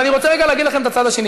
אבל אני רוצה להגיד לכם את הצד השני.